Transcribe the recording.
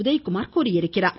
உதயகுமார் தெரிவித்துள்ளார்